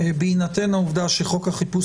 בהינתן העובדה שחוק החיפוש,